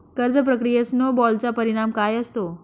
कर्ज प्रक्रियेत स्नो बॉलचा परिणाम काय असतो?